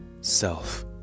self